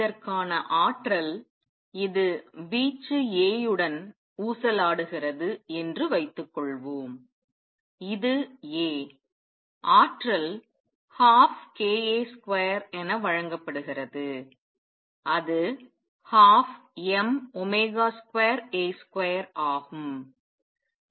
இதற்கான ஆற்றல் இது வீச்சு A உடன் ஊசலாடுகிறது என்று வைத்துக் கொள்வோம் இது A ஆற்றல் 12kA2 என வழங்கப்படுகிறது அது 12m2A2 ஆகும்